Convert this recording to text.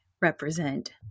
represent